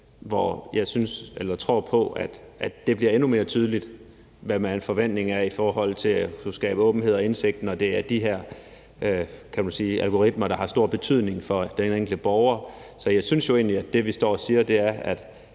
Act. Jeg tror på, at det bliver endnu mere tydeligt, hvad man forventer i forhold til at skulle skabe åbenhed og indsigt, når det er de her algoritmer, der har stor betydning for den enkelte borger. Så jeg synes egentlig, det, vi står og siger, er, at